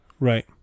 Right